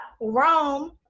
Rome